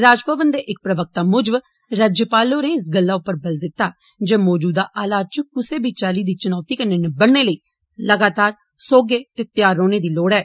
राजभवन दे इक प्रवक्ता मूजब राज्यपाल होरें इस गल्ला उप्पर बल दित्ता जे मजूदा हालात च कुसै बी चाल्ली दी चुनौती कन्नै निबड़ने लेई लगातार सौहगे ते तैआर रौहने दी लोड़ ऐ